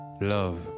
Love